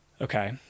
Okay